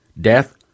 death